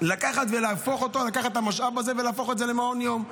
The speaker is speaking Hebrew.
לקחת את המשאב הזה ולהפוך אותו למעון יום.